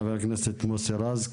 חה"כ מוסי רז,